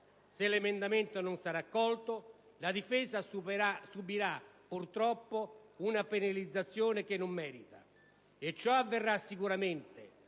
Se l'emendamento non sarà accolto, la Difesa subirà purtroppo una penalizzazione che non merita, e ciò avverrà sicuramente